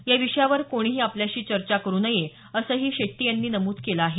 या विषयावर कोणीही आपल्याशी चर्चा करु नये असंही शेट्टी यांनी नमूद केलं आहे